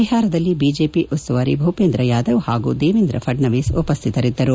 ಬಿಹಾರದಲ್ಲಿ ಬಿಜೆಪಿ ಉಸ್ತುವಾರಿ ಭೂಪೇಂದ್ರ ಯಾದವ್ ಹಾಗೂ ದೇವೇಂದ್ರ ಫಡ್ಬವೀಸ್ ಉಪಸ್ಥಿತರಿದ್ದರು